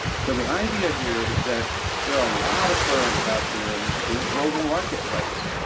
so the idea here is that there are a lot of firms out there in this big global marketplace,